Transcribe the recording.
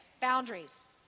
Boundaries